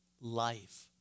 life